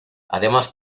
además